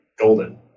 Golden